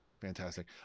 Fantastic